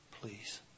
please